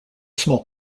small